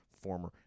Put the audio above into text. former